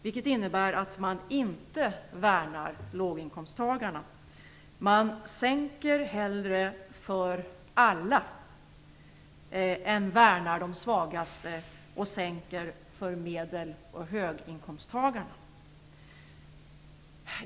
Detta innebär att man inte värnar låginkomsttagarna. Man sänker hellre nivån för alla än man värnar de svagaste och sänker för medel och höginkomsttagarna.